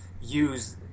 use